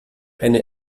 eine